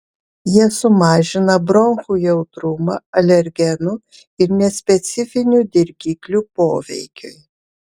jie sumažina bronchų jautrumą alergenų ir nespecifinių dirgiklių poveikiui